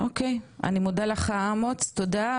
אני מודה לך אמוץ, תודה.